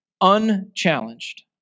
unchallenged